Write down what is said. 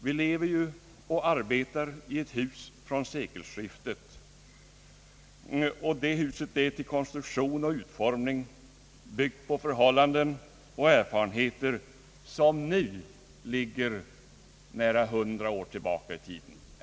Vi lever ju och arbetar i ett hus från sekelskiftet, och det huset har konstruerats och utformats med hänsyn till erfarenheter som nu ligger nära hundra år tillbaka i tiden.